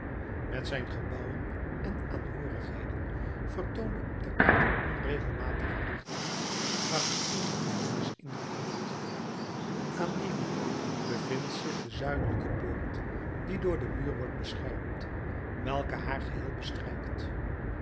met zijn gebouwen en aanhoorigheden vertoont op de kaart een onregelmatigen rechthoek waarvan één der hoeken is ingedrukt aan dien hoek bevindt zich de zuidelijke poort die door den muur wordt beschermd welke haar geheel bestrijkt